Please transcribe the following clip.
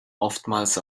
oftmals